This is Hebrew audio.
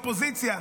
אופוזיציה,